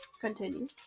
Continue